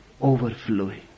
overflowing